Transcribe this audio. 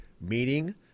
meaning